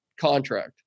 contract